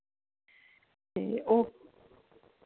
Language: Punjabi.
ਤੇ